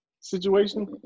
situation